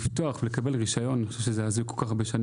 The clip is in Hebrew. לפתוח ולקבל רישיון אני חושב שזה הזוי שזה